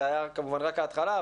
זה היה כמובן רק ההתחלה,